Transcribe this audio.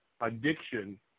addiction